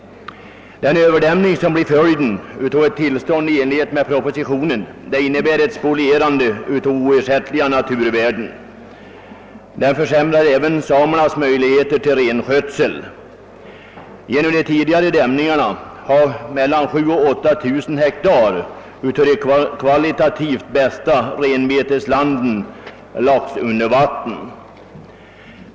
Den överdämning som blir följden av ett tillstånd i enlighet med propositionen innebär ett spolierande av oersättliga naturvärden. Den försämrar även samernas möjligheter till renskötsel. Genom de tidigare dämningarna har mellan 7 000 och 8 000 hektar av de kvalitativt bästa renbeteslanden lagts under vatten.